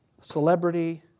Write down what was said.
celebrity